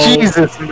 Jesus